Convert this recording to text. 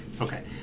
okay